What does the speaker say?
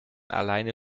alleine